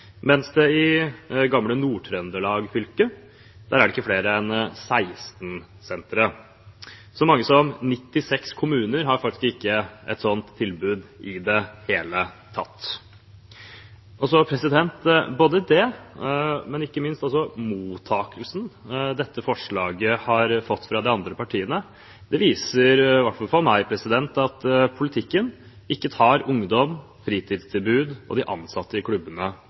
mens det i det som var Nord-Trøndelag fylke før, ikke er flere enn 16 sentre. Så mange som 96 kommuner har faktisk ikke et slikt tilbud i det hele tatt. Både det og ikke minst mottakelsen som dette forslaget har fått fra de andre partiene, viser – i hvert fall for meg – at politikken ikke tar ungdom, fritidstilbud og de ansatte i klubbene